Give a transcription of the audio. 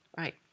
Right